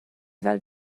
fel